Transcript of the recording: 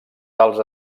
tals